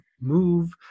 move